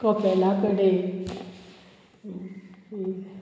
कपेला कडेन